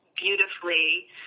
Beautifully